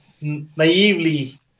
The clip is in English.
naively